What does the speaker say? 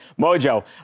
Mojo